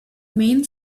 main